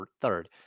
third